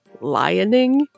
lioning